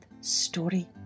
Story